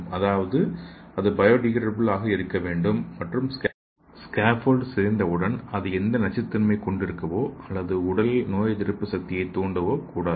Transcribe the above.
அதாவது இது பயோடீகிரேடபிள் ஆக இருக்க வேண்டும் மற்றும் ஸ்கேபோல்டு சிதைந்த உடன் அது எந்த நச்சுத்தன்மையை கொண்டிருக்கவோ அல்லது உடலில் நோய் எதிர்ப்பு சக்தியை தூண்டவோ கூடாது